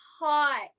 hot